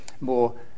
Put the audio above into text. more